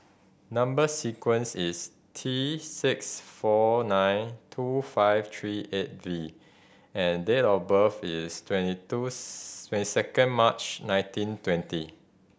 number sequence is T six four nine two five three eight V and date of birth is twenty two twenty second March nineteen twenty